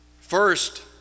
First